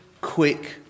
quick